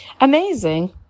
Amazing